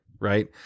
right